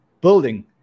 building